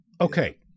okay